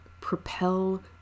propel